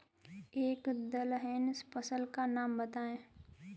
एक दलहन फसल का नाम बताइये